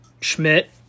Schmidt